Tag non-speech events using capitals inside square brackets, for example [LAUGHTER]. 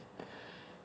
[BREATH]